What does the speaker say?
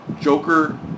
Joker